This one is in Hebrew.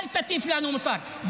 אל תטיף לנו מוסר.